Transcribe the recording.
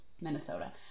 Minnesota